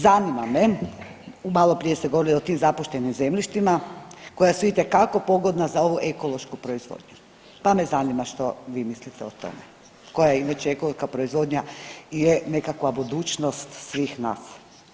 Zanima me, maloprije ste govorili o tim zapuštenim zemljištima koja su itekako pogodna za ovu ekološku proizvodnju, pa me zanima što vi mislite o tome, koja … proizvodnja je nekakva budućnost svih nas?